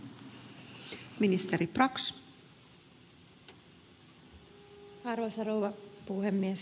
arvoisa rouva puhemies